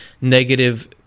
negative